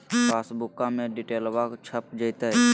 पासबुका में डिटेल्बा छप जयते?